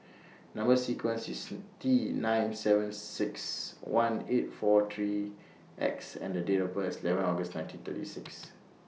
Number sequence IS T nine seven six one eight four three X and Date of birth eleven August nineteen thirty six